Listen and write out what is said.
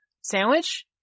sandwich